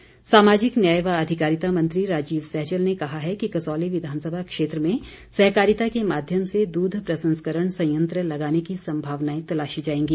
सहजल सामाजिक न्याय व अधिकारिता मंत्री राजीव सहजल ने कहा है कि कसौली विधानसभा क्षेत्र में सहकारिता के माध्यम से दूध प्रसंस्करण संयंत्र लगाने की संभावनाएं तलाशी जाएंगी